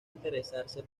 interesarse